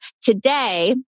today